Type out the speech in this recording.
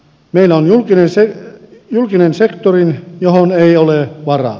meillä on julkinen sektori johon ei ole varaa